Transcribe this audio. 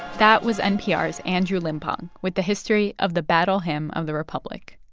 that was npr's andrew limbong with the history of the battle hymn of the republic.